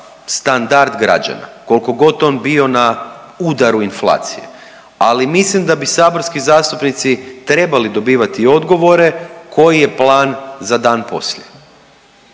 standard građana koliko god on bio na udaru inflacije. Ali mislim da bi saborski zastupnici trebali dobivati odgovore koji je plan za dan poslije,